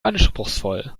anspruchsvoll